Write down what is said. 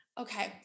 Okay